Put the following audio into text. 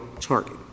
Target